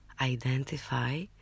identify